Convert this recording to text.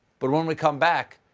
but when we come back,